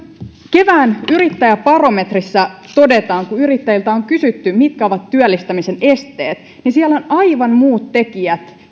kevään yrittäjäbarometrissä todetaan kun yrittäjiltä on kysytty mitkä ovat työllistämisen esteet että siellä on aivan muut tekijät